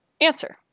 Answer